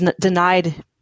denied